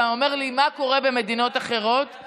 אתה אומר לי מה קורה במדינות אחרות,